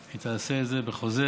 היא תעשה את זה בחוזר.